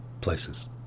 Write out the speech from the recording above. places